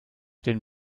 den